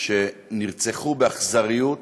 שנרצחו באכזריות